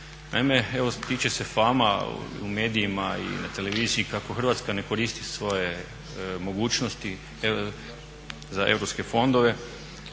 Naime evo tiče se fama u medijima i na televiziji kako Hrvatska ne koristi svoje mogućnosti za europske fondove.